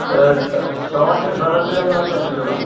त सवा टे साढा टे हज़ार रुपिया थी वेंदा